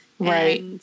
Right